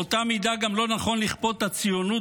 באותה מידה גם לא נכון לכפות את הציונות